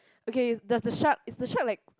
okay does the shark is the shark like